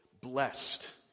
Blessed